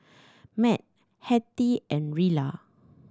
Mat Hattie and Rilla